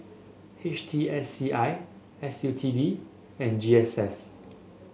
H T S C I S U T D and G S S